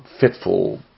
fitful